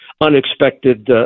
unexpected